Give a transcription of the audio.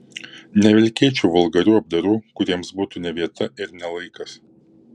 nevilkėčiau vulgarių apdarų kuriems būtų ne vieta ir ne laikas